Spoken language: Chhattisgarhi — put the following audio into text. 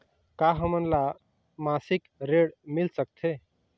का हमन ला मासिक ऋण मिल सकथे?